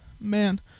man